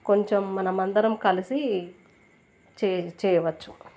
కొంచెం మనం అందరం కలిసి చే చేయవచ్చు